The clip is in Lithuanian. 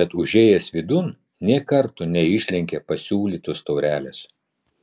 bet užėjęs vidun nė karto neišlenkė pasiūlytos taurelės